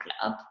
club